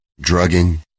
drugging